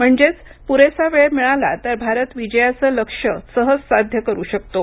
म्हणजेच पुरेसा वेळ मिळाला तर भारत विजयाचं लक्ष्य सहज साध्य करु शकतो